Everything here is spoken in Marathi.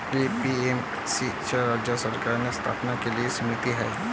ए.पी.एम.सी ही राज्य सरकारने स्थापन केलेली समिती आहे